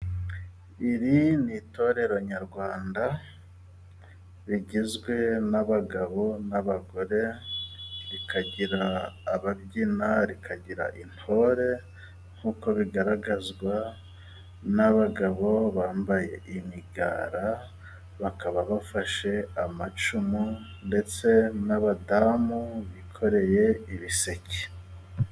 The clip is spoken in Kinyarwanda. Iri ni itorero nyarwanda rigizwe n'abagabo n'abagore. Rikagira ababyina, rikagira intore nk'uko bigaragazwa n'abagabo bambaye imigara, bakaba bafashe amacumu, ndetse n'abadamu bikoreye ibiseke.